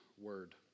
word